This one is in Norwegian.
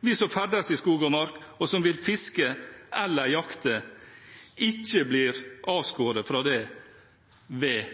vi som ferdes i skog og mark, og som vil fiske eller jakte – ikke blir avskåret fra det ved